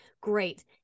Great